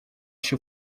się